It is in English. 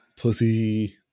Pussy